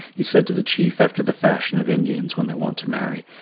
he said to the chief, after the fashion of indians when they want to marry,